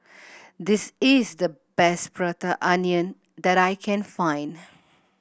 this is the best Prata Onion that I can find